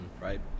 right